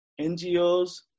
NGOs